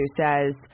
says